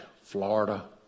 Florida